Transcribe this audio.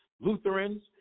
Lutherans